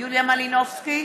יוליה מלינובסקי,